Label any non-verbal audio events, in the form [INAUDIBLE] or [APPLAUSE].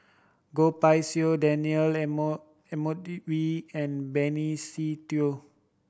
Goh Pei Siong Daniel [UNINTELLIGIBLE] Edmund Wee and Benny Se Teo